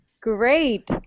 Great